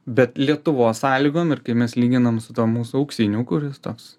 bet lietuvos sąlygom ir kai mes lyginam su tuo mūsų auksiniu kuris toks